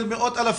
של מאות תושבים,